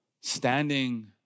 standing